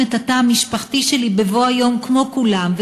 את התא המשפחתי שלי בבוא היום כמו כולם.